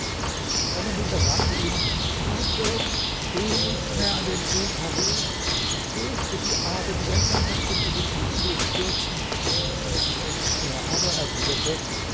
seine mutter sagte ihm mein sohn geh nicht mehr an den see karun ich fürchte die abendländer möchten dich ins unglück stürzen er aber erwiderte